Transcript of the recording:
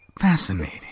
Fascinating